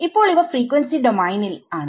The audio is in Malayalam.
ഇപ്പോൾ ഇവ ഫ്രീക്വൻസി ഡോമെയിനിൽആണ്